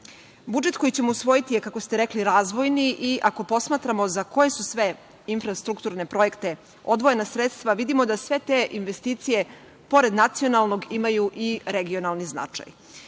koji ćemo usvojiti je, kako ste rekli, razvojni i ako posmatramo za koje su sve infrastrukturne projekte odvojena sredstva vidimo da sve te investicije, pored nacionalnog, imaju i regionalni značaj. Naravno